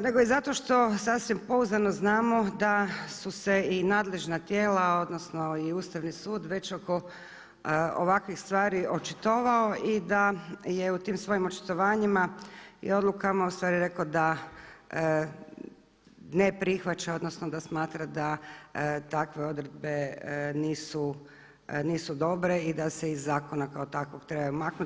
nego i zato što sasvim pouzdano znamo da su se i nadležna tijela, odnosno i Ustavni sud već oko ovakvih stvari očitovao i da je u tim svojim očitovanjima i odlukama ustvari rekao da ne prihvaća, odnosno da smatra da takve odredbe nisu dobre i da se iz zakona kao takvog trebaju maknuti.